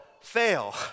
fail